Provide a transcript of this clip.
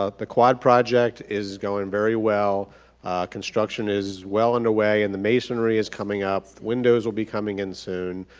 ah the quad project is going very well construction is well underway and the masonry is coming up, windows will be coming in soon.